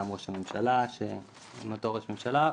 גם ראש הממשלה שהוא אותו ראש ממשלה,